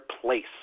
place